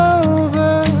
over